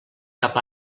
cap